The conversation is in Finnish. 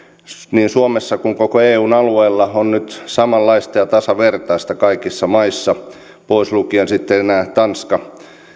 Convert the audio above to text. niin suomessa kuin myös koko eun alueella on nyt samanlaista ja tasavertaista kaikissa maissa pois lukien sitten enää tanska